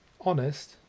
honest